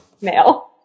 Male